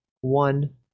one